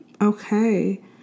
Okay